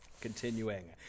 Continuing